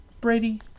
Brady